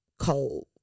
cold